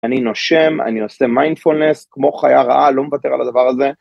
אני נושם, אני עושה מיינדפולנס, כמו חיה רעה, לא מוותר על הדבר הזה.